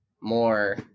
more